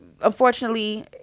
unfortunately